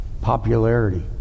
popularity